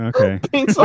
Okay